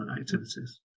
activities